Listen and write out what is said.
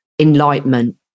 enlightenment